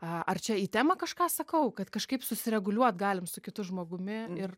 e ar čia į temą kažką sakau kad kažkaip susireguliuot galim su kitu žmogumi ir